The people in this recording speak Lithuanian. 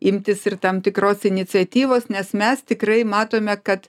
imtis ir tam tikros iniciatyvos nes mes tikrai matome kad